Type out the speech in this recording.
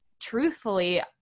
truthfully